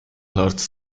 north